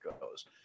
goes